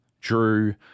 Drew